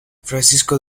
francisco